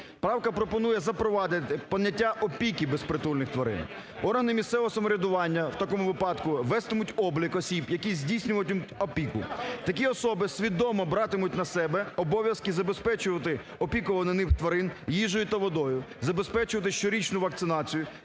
Правка пропонує запровадити поняття "опіки безпритульних тварин". Органи місцевого самоврядування в такому випадку вестимуть облік осіб, які здійснюватимуть опіку. Такі особи свідомо братимуть на себе обов'язки забезпечувати опікуваних ними тварин їжею та водою, забезпечувати щорічну вакцинацію